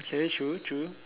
okay true true